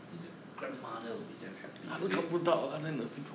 你的 grandmother will be damn happy 的 okay